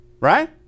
right